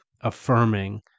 affirming